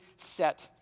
set